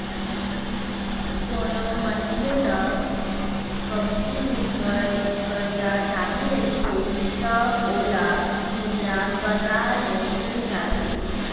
कोनो मनखे ल कमती दिन बर करजा चाही रहिथे त ओला मुद्रा बजार ले मिल जाथे